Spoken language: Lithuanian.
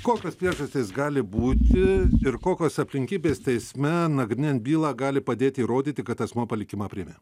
kokios priežastys gali būti ir kokios aplinkybės teisme nagrinėjant bylą gali padėti įrodyti kad asmuo palikimą priėmė